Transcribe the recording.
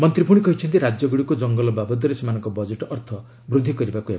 ମନ୍ତ୍ରୀ କହିଛନ୍ତି ରାଜ୍ୟଗୁଡ଼ିକୁ ଜଙ୍ଗଲ ବାବଦରେ ସେମାନଙ୍କ ବଜେଟ୍ ଅର୍ଥ ବୃଦ୍ଧି କରିବାକୁ ହେବ